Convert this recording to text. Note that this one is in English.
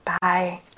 Bye